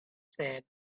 said